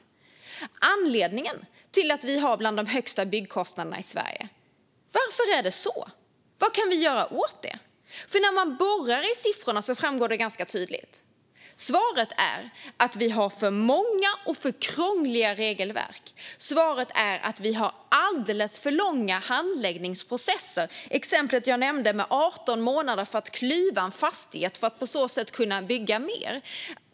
Vad är anledningen till att våra byggkostnader i Sverige är bland de högsta? Vad kan vi göra åt det? När man borrar i siffrorna framgår det ganska tydligt. Svaret är att vi har för många och för krångliga regelverk och alldeles för långa handläggningsprocesser, som exemplet jag nämnde med 18 månader för att klyva en fastighet och på så sätt kunna bygga mer.